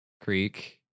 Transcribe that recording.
Creek